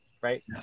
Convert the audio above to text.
right